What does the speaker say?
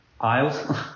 Isles